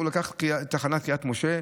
הוא לקח את תחנת קריית משה,